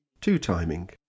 Two-timing